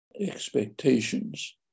expectations